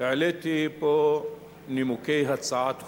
העליתי פה נימוקים להצעת חוק,